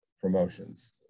promotions